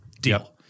deal